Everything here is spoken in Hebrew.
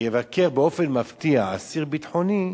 יבקר באופן מפתיע אסיר ביטחוני,